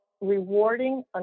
rewarding